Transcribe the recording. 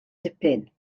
dipyn